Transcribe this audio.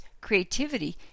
creativity